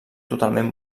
totalment